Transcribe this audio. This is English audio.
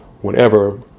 whenever